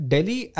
Delhi